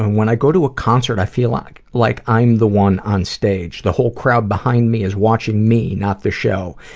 when i go to a concert, i feel like like i'm the one on stage. the whole crowd behind me is watching me, not the show.